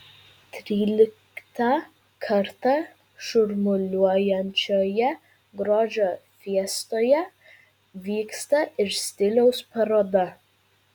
tryliktą kartą šurmuliuojančioje grožio fiestoje vyksta ir stiliaus paroda